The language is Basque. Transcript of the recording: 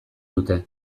dute